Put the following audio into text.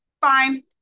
fine